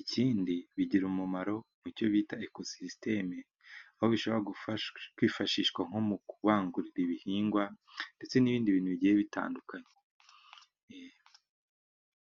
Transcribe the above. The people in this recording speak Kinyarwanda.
Ikindi bigira umumaro mucyo bita ekosisiteme; aho bishobora kwifashishwa nko mu kubangurira ibihingwa ndetse n'ibindi bintu bigiye bitandukanye.